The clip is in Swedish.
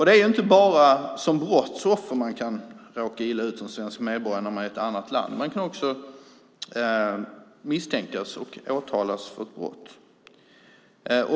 Det är inte bara som brottsoffer man kan råka illa ut som svensk medborgare när man är i ett annat land. Man kan också misstänkas och åtalas för ett brott.